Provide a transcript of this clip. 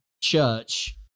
church